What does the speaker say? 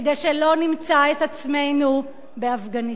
כדי שלא נמצא את עצמנו באפגניסטן.